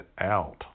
out